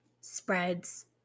spreads